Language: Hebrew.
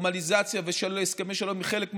נורמליזציה והסכמי שלום עם חלק מהמדינות,